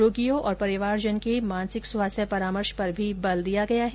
रोगियों और परिवारजन के मानसिक स्वास्थ्य परामर्श पर भी बल दिया गया है